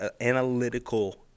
analytical